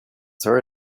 sorry